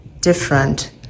different